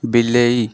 ବିଲେଇ